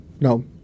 No